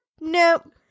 Nope